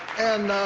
and